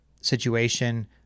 situation